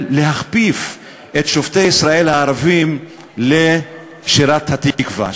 להכפיף את שופטי ישראל הערבים לשירת "התקווה",